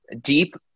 deep